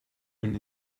und